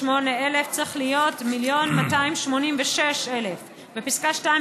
"מ-1,268,000" צריך להיות "1,286,000"; בפסקה (2),